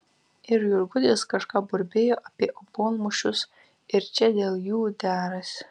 ir jurgutis kažką burbėjo apie obuolmušius ir čia dėl jų derasi